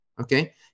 okay